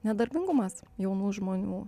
nedarbingumas jaunų žmonių